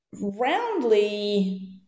roundly